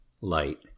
light